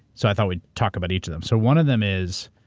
so i thought we'd talk about each of them. so one of them is,